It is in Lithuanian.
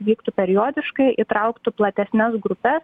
vyktų periodiškai įtrauktų platesnes grupes